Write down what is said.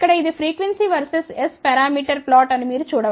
ఇక్కడ ఇది frequency versus S parameter plot అని మీరు చూడ వచ్చు